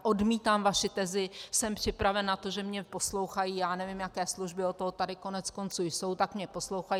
Odmítám vaši tezi: Jsem připraven na to, že mě poslouchají nevím jaké služby, od toho tady koneckonců jsou, tak mě poslouchají.